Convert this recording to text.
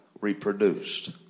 reproduced